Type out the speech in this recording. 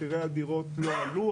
מחירי הדירות לא עלו,